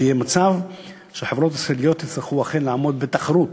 שיהיה מצב שחברות ישראליות יצטרכו אכן לעמוד בתחרות